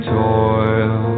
toil